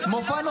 רגע,